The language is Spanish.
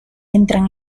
entran